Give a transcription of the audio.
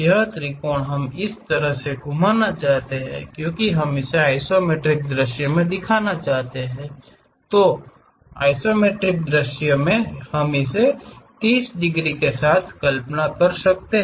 यह त्रिकोण हम इसे इस तरह से घुमाना चाहते हैं कि आइसोमेट्रिक दृश्य हम इसे आधार 30 डिग्री के साथ कल्पना कर सकते हैं